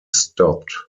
stopped